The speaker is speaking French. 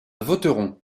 voterons